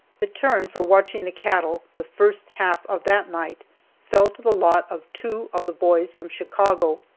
the turn for watching the cattle the first half of that night fell to the lot of two of the boys from chicago.